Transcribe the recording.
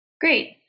Great